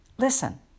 Listen